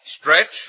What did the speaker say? Stretch